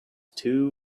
too